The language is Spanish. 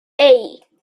hey